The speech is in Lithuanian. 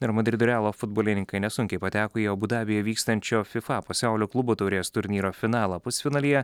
ir madrido realo futbolininkai nesunkiai pateko į abu dabyje vykstančio fifa pasaulio klubų taurės turnyro finalą pusfinalyje